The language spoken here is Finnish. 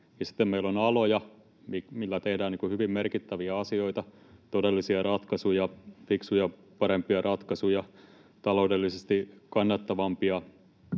sitten meillä on aloja, millä tehdään hyvin merkittäviä asioita — todellisia ratkaisuja, fiksuja, parempia ratkaisuja, taloudellisesti kannattavampia